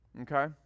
Okay